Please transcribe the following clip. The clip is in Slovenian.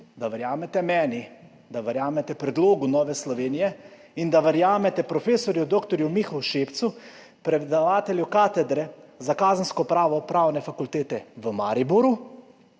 da verjamete meni, da verjamete predlogu Nove Slovenije in da verjamete profesorju dr. Mihu Šepcu, predavatelju Katedre za kazensko pravo Pravne fakultete Mariboru,